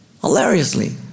hilariously